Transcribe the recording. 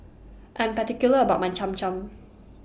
I'm particular about My Cham Cham